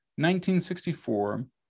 1964